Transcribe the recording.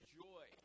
joy